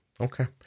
Okay